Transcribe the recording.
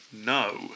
No